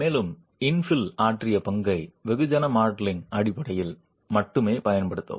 மேலும் இன்பில் ஆற்றிய பங்கை வெகுஜன மாடலிங் அடிப்படையில் மட்டுமே பயன்படுத்தவும்